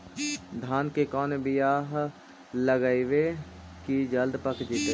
धान के कोन बियाह लगइबै की जल्दी पक जितै?